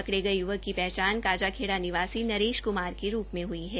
पकड़े गए यूवक की पहचान खाजाखेड़ा निवासी नरेश क्मार के रुप में हई है